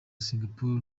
singapore